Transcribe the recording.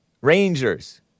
Rangers